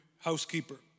housekeeper